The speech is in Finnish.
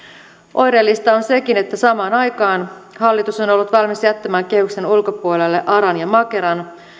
oireellista on sekin että samaan aikaan hallitus on ollut valmis jättämään kehyksen ulkopuolelle aran ja makeran